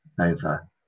over